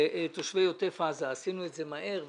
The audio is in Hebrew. לתושבי עוטף עזה עשינו את זה מהר,